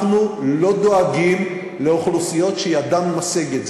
אנחנו לא דואגים לאוכלוסיות שידן משגת.